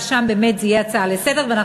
ושם באמת זו תהיה הצעה לסדר-היום.